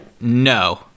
No